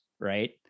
right